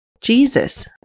Jesus